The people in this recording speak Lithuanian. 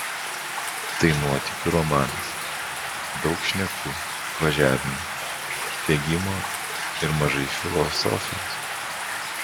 tai nuotykių romanas daug šnekų važiavimo bėgimo ir mažai filosofijos